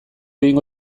egingo